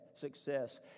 success